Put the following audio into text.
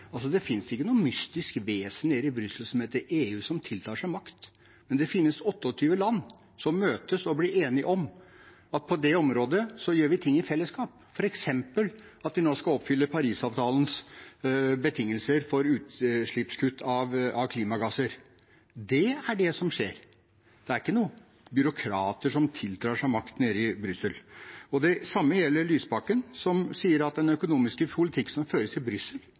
Altså: Det finnes ikke noe mystisk vesen nede i Brussel som heter EU, som tiltar seg makt. Men det finnes 28 land som møtes og blir enige om at på det området gjør vi ting i fellesskap, f.eks. at vi nå skal oppfylle Parisavtalens betingelser for utslippskutt av klimagasser. Det er det som skjer. Det er ikke noen byråkrater som tiltar seg makt i Brussel. Det samme gjelder Lysbakken, som snakker om den økonomiske politikken som føres i Brussel.